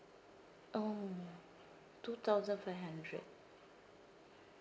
oh two thousand five hundred